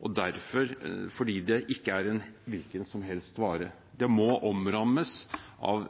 fordi det ikke er en hvilken som helst vare. Det må omrammes av